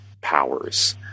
powers